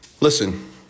Listen